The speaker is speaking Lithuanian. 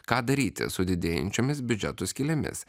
ką daryti su didėjančiomis biudžeto skylėmis